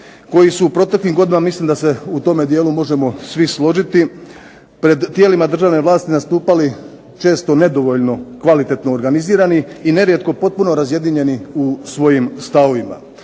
koji su u proteklim godinama, mislim da se u tome dijelu možemo svi složiti, pred tijelima državne vlasti nastupali često nedovoljno kvalitetno organizirani i nerijetko potpuno razjedinjeni u svojim stavovima.